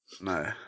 No